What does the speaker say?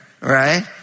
right